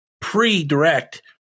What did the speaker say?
Pre-Direct